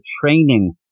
training